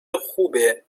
خوبه